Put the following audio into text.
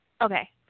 Okay